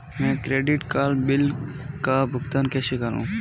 मैं credit card bill का भुगतान कैसे करूं?